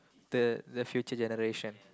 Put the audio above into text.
the the future generations